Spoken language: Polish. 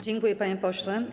Dziękuję, panie pośle.